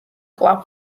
კვლავ